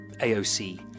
AOC